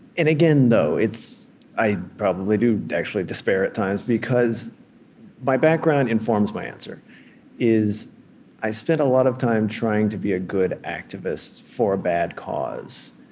and again, though, it's i probably do, actually, despair at times, because my background informs my answer i spent a lot of time trying to be a good activist for a bad cause.